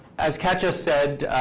as kat just said,